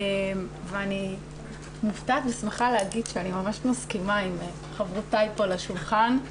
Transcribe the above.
אני מופתעת ושמחה להגיד שאני ממש מסכימה עם חברותיי פה לשולחן.